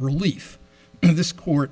relief and this court